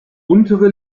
untere